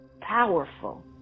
Powerful